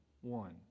one